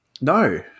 No